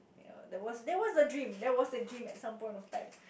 ya that was that was the dream at some point of time